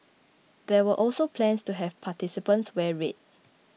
there were also plans to have participants wear red